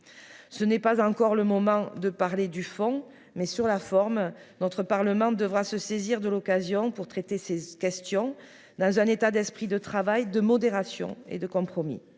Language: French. ce n'est pas encore le moment de parler du fond, mai sur la forme, d'autre part, le monde devra se saisir de l'occasion pour traiter ces questions dans un état d'esprit de travail de modération et de compromis,